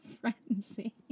frenzy